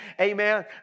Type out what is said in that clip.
amen